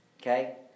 Okay